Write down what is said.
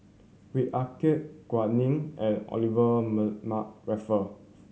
Ah Kay Gao Ning and Olivia Raffle